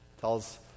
Tells